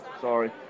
Sorry